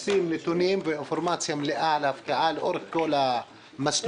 אנחנו רוצים נתונים ואינפורמציה מלאה על ההפקעה לאורך כל המסלול,